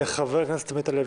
חבר הכנסת עמית הלוי.